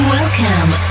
Welcome